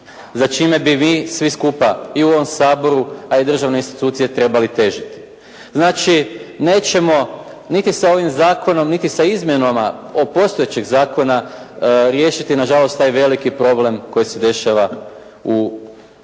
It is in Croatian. za čime bi vi svi skupa i u ovom Saboru, a i državne institucije trebali težiti. Znači nećemo niti sa ovim zakonom, niti sa izmjenama postojećeg zakona riješiti na žalost taj veliki problem koji se dešava u